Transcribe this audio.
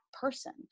person